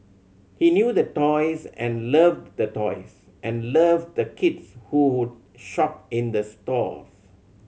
he knew the toys and loved the toys and loved the kids who would shop in the stores